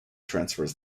transfers